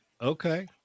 Okay